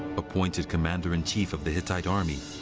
appointed commander in chief of the hittite army,